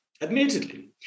Admittedly